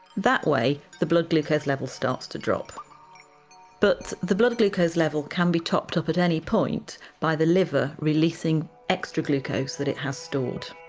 that way, the blood glucose levels starts to drop but the blood glucose level can be topped up at any point by the liver releasing extra glucose that it has stored.